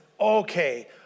okay